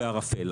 בערפל.